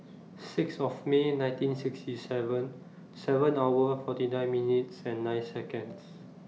six of May nineteen sixty seven seven hour forty nine minutes and nine Seconds